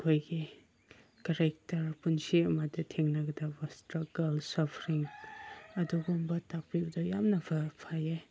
ꯑꯩꯈꯣꯏꯒꯤ ꯀꯔꯦꯛꯇꯔ ꯄꯨꯟꯁꯤ ꯑꯃꯗ ꯊꯦꯡꯅꯒꯗꯕ ꯏꯁꯇ꯭ꯔꯛꯒꯜ ꯁꯐꯔꯤꯡ ꯑꯗꯨꯒꯨꯝꯕ ꯇꯥꯛꯄꯤꯕꯗꯣ ꯌꯥꯝꯅ ꯐꯩꯌꯦ